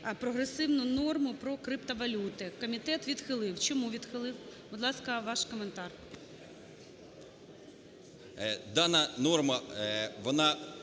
прогресивну норму про криптовалюти. Комітет відхилив. Чому відхилив? Будь ласка, ваш коментар.